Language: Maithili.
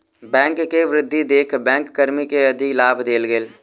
बैंक के वृद्धि देख बैंक कर्मी के अधिलाभ देल गेल